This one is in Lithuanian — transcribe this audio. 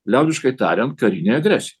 liaudiškai tariant karinei agresi